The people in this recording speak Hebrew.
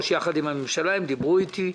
בזה בכובד ראש, יחד עם הממשלה, שכבר דיברה איתי.